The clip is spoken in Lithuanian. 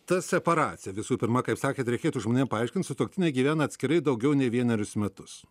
ta separacija visų pirma kaip sakė reikėtų žmonėms paaiškinti sutuoktiniai gyvena atskirai daugiau nei vienerius metus